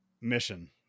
mission